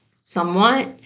somewhat